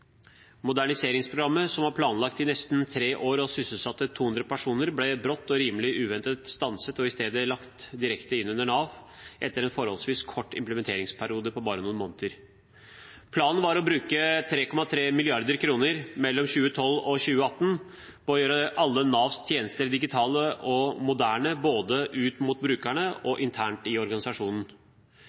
moderniseringsprogrammet – som var planlagt i nesten tre år og sysselsatte 200 personer, ble brått og rimelig uventet stanset og i stedet lagt direkte inn under Nav etter en forholdsvis kort implementeringsperiode på bare noen måneder. Planen var å bruke 3,3 mrd. kr mellom 2012 og 2018 på å gjøre alle Navs tjenester digitale og moderne både ut mot brukerne og internt i organisasjonen.